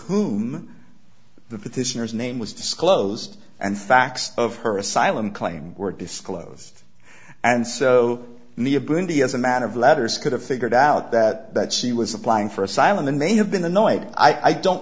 whom the petitioners name was disclosed and facts of her asylum claim were disclosed and so the ability as a matter of letters could have figured out that that she was applying for asylum and may have been annoyed i don't